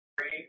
Three